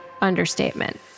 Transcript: understatement